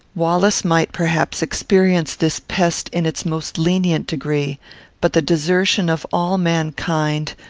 wallace might, perhaps, experience this pest in its most lenient degree but the desertion of all mankind,